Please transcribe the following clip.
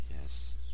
Yes